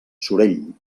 sorell